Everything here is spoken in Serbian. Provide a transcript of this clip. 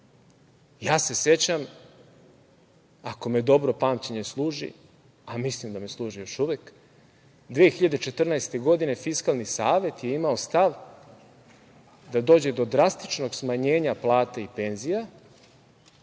Ja se sećam, ako me dobro pamćenje služi, a mislim da me služi još uvek, 2014. godine Fiskalni savet je imao stav da dođe do drastičnog smanjenja plata i penzija,